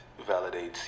validates